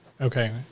Okay